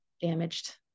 damaged